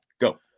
Go